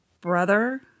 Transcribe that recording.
brother